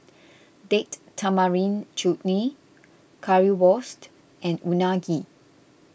Date Tamarind Chutney Currywurst and Unagi